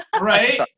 right